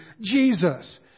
Jesus